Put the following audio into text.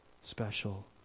special